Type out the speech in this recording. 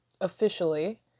officially